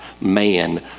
man